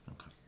Okay